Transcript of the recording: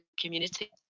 community